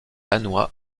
lannoy